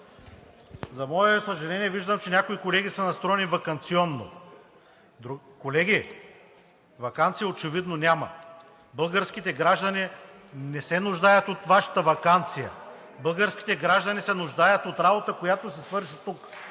За мое съжаление, виждам, че някой от колегите са настроени ваканционно. Колеги, ваканция очевидно няма. Българските граждани не се нуждаят от Вашата ваканция. Българските граждани се нуждаят от работата, която да се свърши тук.